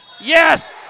Yes